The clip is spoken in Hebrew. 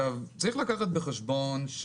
צריך לקחת בחשבון,